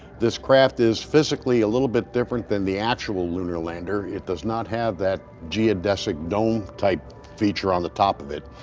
this craft is physically a little bit different than the actual lunar lander. it does not have that geodesic dome type feature on the top of it.